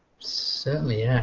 certainly, yeah